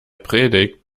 predigt